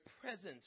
presence